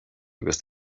agus